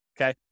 Okay